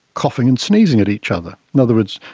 coughing and sneezing at each other. in other words,